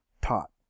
taught